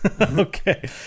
Okay